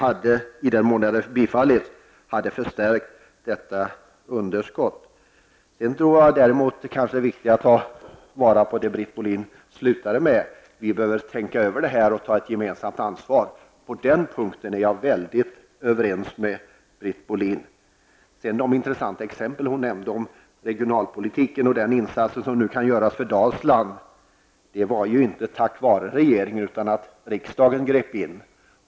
Hade Britt Bohlins partikamrater vunnit bifall för sina förslag skulle budgetunderskottet ha blivit ännu större. Däremot kan det vara viktigt att ta vara på det som Britt Bohlin slutade med: Vi bör tänka över detta och ta ett gemensamt ansvar. På den punkten är jag helt överens med Britt Bohlin. Hon tog några intressanta exempel på regionalpolitiken och de insatser som nu kan göras för Dalsland. Men dessa åtgärder tillkom inte tack vare regeringen utan på grund av att riksdagen ingrep.